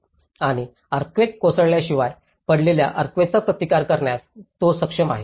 आणि अर्थक्वेक कोसळल्याशिवाय पडलेल्या अर्थक्वेकचा प्रतिकार करण्यास तो सक्षम आहे